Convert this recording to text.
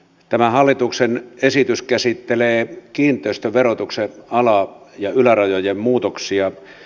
tämä hallituksen esitys käsittelee kiinteistöverotuksen ala ja ylärajojen muutoksia